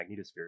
magnetosphere